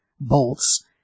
bolts